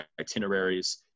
itineraries